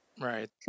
Right